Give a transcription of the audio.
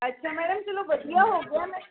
ਅੱਛਾ ਮੈਡਮ ਚਲੋ ਵਧੀਆ ਹੋ ਗਿਆ ਮੈਂ